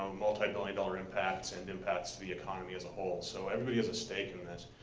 multi-million dollar impacts and impacts to the economy as a whole. so everybody has a stake in this.